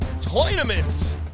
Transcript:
tournaments